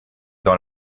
dans